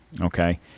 Okay